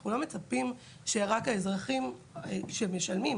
אנחנו לא מצפים שרק האזרחים משלמים.